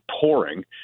pouring